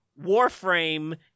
Warframe